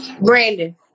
Brandon